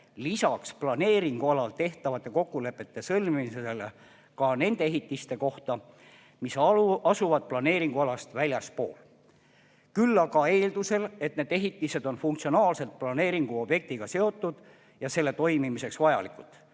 lisaks planeeringualal tehtavate rajatiste kokkulepete sõlmimisele ka nende ehitiste kohta, mis asuvad planeeringualast väljaspool, seda aga eeldusel, et need ehitised on funktsionaalselt planeeringuobjektiga seotud ja selle toimimiseks vajalikud,